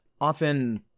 often